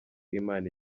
imana